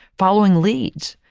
following leads,